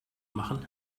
machen